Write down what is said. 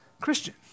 Christian